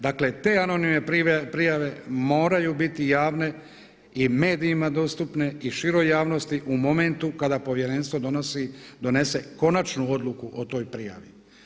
Dakle te anonimne prijave moraju biti javne i medijima dostupne i široj javnosti u momentu kada povjerenstvo donose konačnu odluku o toj prijavi.